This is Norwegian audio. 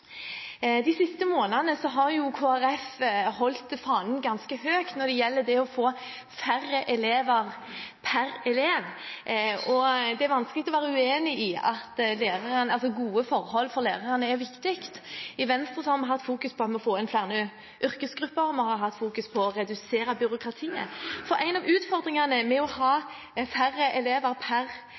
De siste månedene har Kristelig Folkeparti holdt fanen ganske høyt når det gjelder å få færre elever per lærer. Det er vanskelig å være uenig i at gode forhold for lærerne er viktig. I Venstre har vi fokusert på at vi må få inn flere yrkesgrupper, og vi har fokusert på å redusere byråkratiet, for en av utfordringene med å ha færre elever per